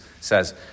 says